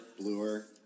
bluer